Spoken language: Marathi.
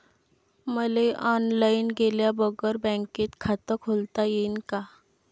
मले ऑनलाईन गेल्या बगर बँकेत खात खोलता येईन का?